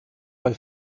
bei